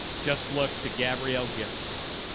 just look to gabrielle giffords.